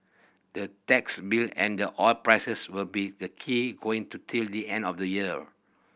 the tax bill and the oil prices will be the key going to till the end of the year